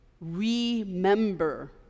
remember